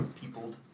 peopled